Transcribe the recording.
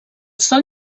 sòl